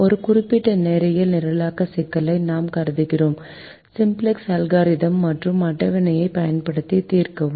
ஒரு குறிப்பிட்ட நேரியல் நிரலாக்க சிக்கலை நாம் கருதுகிறோம் சிம்ப்ளக்ஸ் அல்காரிதம் மற்றும் அட்டவணையைப் பயன்படுத்தி தீர்க்கவும்